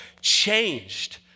changed